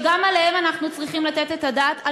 וגם עליהן אנחנו צריכים לתת את הדעת.